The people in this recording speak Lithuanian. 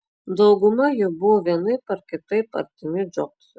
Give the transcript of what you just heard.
dauguma jų buvo vienaip ar kitaip artimi džobsui